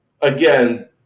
again